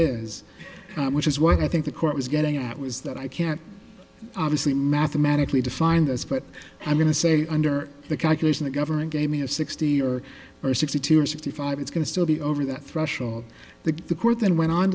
is which is what i think the court was getting at was that i can't obviously mathematically defined as but i'm going to say under the calculation the government gave me a sixty or or sixty two or sixty five it's going to still be over that threshold the the court then went on